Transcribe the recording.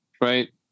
right